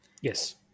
Yes